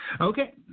Okay